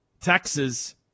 Texas